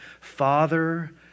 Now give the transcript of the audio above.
Father